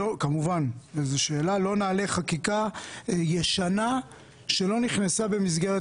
כמובן לא נעלה חקיקה ישנה שלא נכנסה במסגרת